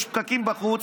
יש פקקים בחוץ,